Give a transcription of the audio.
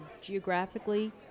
geographically